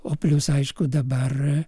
o plius aišku dabar